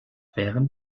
während